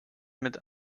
mit